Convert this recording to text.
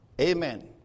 Amen